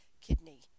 kidney